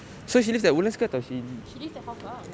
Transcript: she lives at hougang